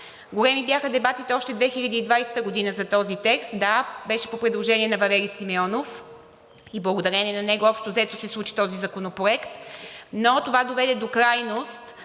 Големи бяха дебатите още 2020 г. за този текст. Да, беше по предложение на Валери Симеонов и благодарение на него общо взето се случи този законопроект. Но това доведе до крайност,